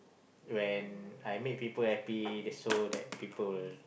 when I make people happy they so that people